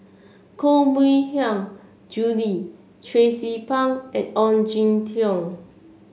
Koh Mui Hiang Julie Tracie Pang and Ong Jin Teong